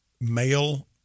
male